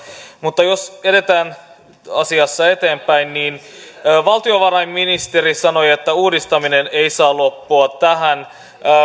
mutta jos edetään asiassa eteenpäin niin valtiovarainministeri sanoi että uudistaminen ei saa loppua tähän